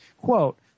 Quote